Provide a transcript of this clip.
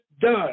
done